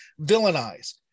villainize